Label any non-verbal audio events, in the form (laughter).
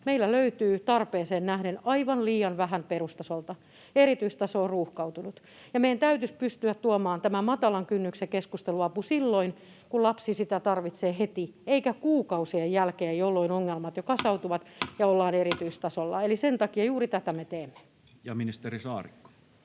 meillä löytyy tarpeeseen nähden aivan liian vähän perustasolta ja erityistaso on ruuhkautunut. Meidän täytyisi pystyä tuomaan tämä matalan kynnyksen keskusteluapu silloin, kun lapsi sitä tarvitsee, heti eikä kuukausien jälkeen, jolloin ongelmat jo kasautuvat (noise) ja ollaan erityistasolla. Eli juuri sen takia tätä me teemme. [Speech 24]